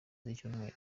z’icyumweru